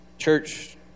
church